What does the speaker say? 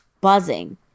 buzzing